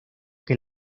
que